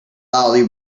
loudly